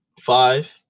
five